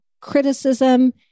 criticism